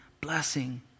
blessing